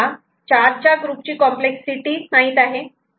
D तर इथे तुम्हाला चार च्या ग्रुप ची कॉम्प्लेक्स सिटी माहित आहे